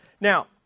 Now